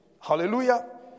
Hallelujah